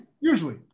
Usually